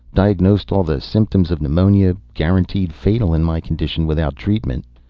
diagnosed all the symptoms of pneumonia. guaranteed fatal in my condition without treatment.